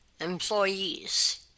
employees